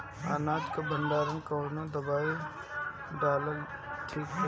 अनाज के भंडारन मैं कवन दवाई डालल ठीक रही?